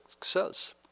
says